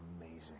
amazing